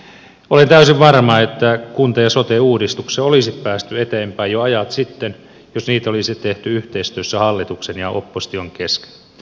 olen täysin varma että kunta ja sote uudistuksessa olisi päästy eteenpäin jo ajat sitten jos niitä olisi tehty yhteistyössä hallituksen ja opposition kesken